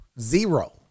Zero